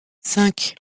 cinq